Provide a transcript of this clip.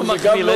וגם הוא,